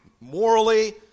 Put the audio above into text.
morally